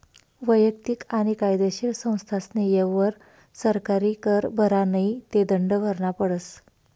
वैयक्तिक आणि कायदेशीर संस्थास्नी येयवर सरकारी कर भरा नै ते दंड भरना पडस